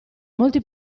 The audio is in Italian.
molti